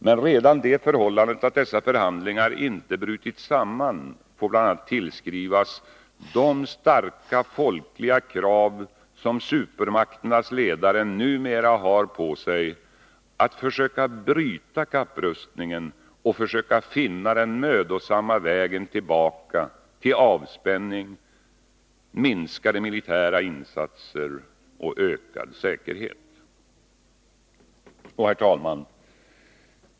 Men redan det förhållandet att dessa förhandlingar inte brutit samman får bl.a. tillskrivas de starka folkliga krav som supermakternas ledare numera har på sig att försöka bryta kapprustningen och försöka finna den mödosamma vägen tillbaka till avspänning, minskade militära insatser och ökad säkerhet. Herr talman!